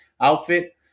outfit